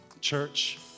Church